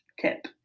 tip